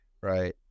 right